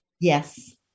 Yes